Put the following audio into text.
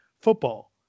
football